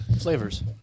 flavors